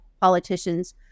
politicians